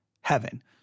heaven